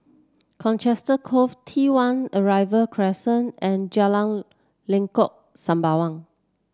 Colchester Grove T One Arrival Crescent and Jalan Lengkok Sembawang